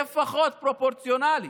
שיהיה לפחות פרופורציונלי